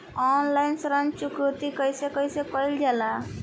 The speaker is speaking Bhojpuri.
ऑनलाइन ऋण चुकौती कइसे कइसे कइल जाला?